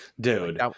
Dude